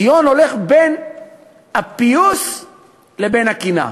ציון הולכת בין הפיוס לבין הקנאה.